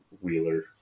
Wheeler